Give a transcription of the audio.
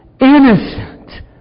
innocent